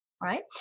Right